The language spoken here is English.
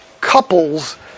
couples